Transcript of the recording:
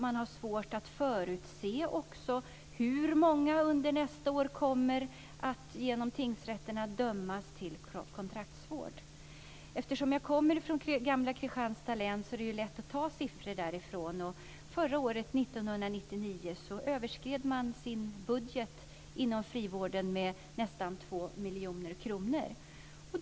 Man har också svårt att förutse hur många som under nästa år genom tingsrätterna kommer att dömas till kontraktsvård. Eftersom jag kommer från gamla Kristianstads län är det lätt att ta siffror därifrån. Under förra året, 1999, överskred man sin budget inom frivården med nästan 2 miljoner kronor där.